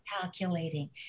calculating